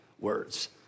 words